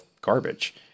garbage